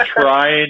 trying